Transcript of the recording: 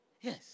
Yes